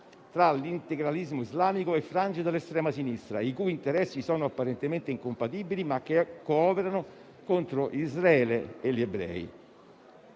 tra l'integralismo islamico e frange dell'estrema sinistra, "i cui interessi sono apparentemente incompatibili, ma che cooperano contro Israele e gli ebrei"».